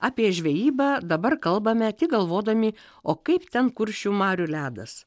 apie žvejybą dabar kalbame tik galvodami o kaip ten kuršių marių ledas